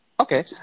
Okay